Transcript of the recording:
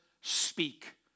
speak